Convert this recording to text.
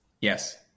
Yes